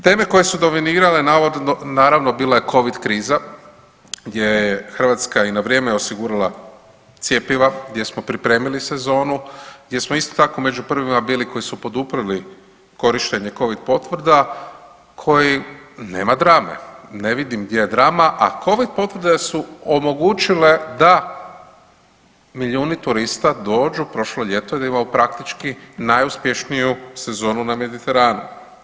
Teme koje su dominirale naravno bila je covid kriza gdje je Hrvatska i na vrijeme osigurala cjepiva, gdje smo pripremili sezonu, gdje smo isto tako među prvima bili koji su poduprli korištenje covid potvrda koji nema drame, ne vidim gdje je drama, a covid potvrde su omogućile da milijuni turista dođu prošlo ljeto i da imamo praktički najuspješniju sezonu na Mediteranu.